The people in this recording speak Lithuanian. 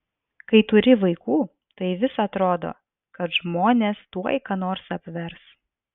kai turi vaikų tai vis atrodo kad žmonės tuoj ką nors apvers